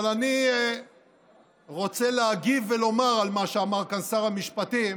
אבל אני רוצה להגיב ולומר על מה שאמר כאן שר המשפטים,